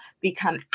become